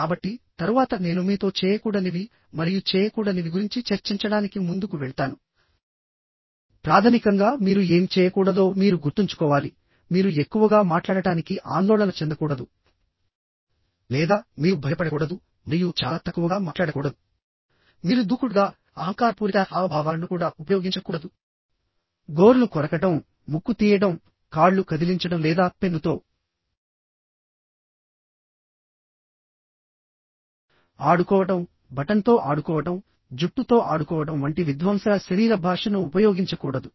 కాబట్టి తరువాత నేను మీతో చేయకూడనివి మరియు చేయకూడనివి గురించి చర్చించడానికి ముందుకు వెళ్తాను ప్రాథమికంగా మీరు ఏమి చేయకూడదో మీరు గుర్తుంచుకోవాలిమీరు ఎక్కువగా మాట్లాడటానికి ఆందోళన చెందకూడదు లేదా మీరు భయపడకూడదు మరియు చాలా తక్కువగా మాట్లాడకూడదు మీరు దూకుడుగా ప్రవర్తించకూడదుమీరు అహంకారపూరిత హావభావాలను కూడా ఉపయోగించకూడదు గోర్లు కొరకడంముక్కు తీయడంకాళ్ళు కదిలించడం లేదా పెన్నుతో ఆడుకోవడంబటన్తో ఆడుకోవడంజుట్టుతో ఆడుకోవడం వంటి విధ్వంసక శరీర భాషను ఉపయోగించకూడదు